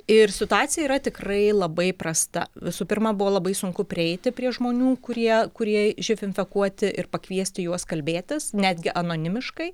ir situacija yra tikrai labai prasta visų pirma buvo labai sunku prieiti prie žmonių kurie kurie živ infekuoti ir pakviesti juos kalbėtis netgi anonimiškai